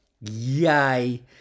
Yay